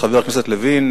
חבר הכנסת לוין,